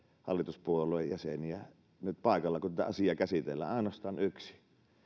hallituspuolueiden jäseniä nyt paikalla kun tätä asiaa käsitellään ainoastaan yksi